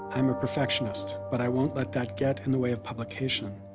i'm a perfectionist, but i won't let that get in the way of publication.